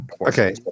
Okay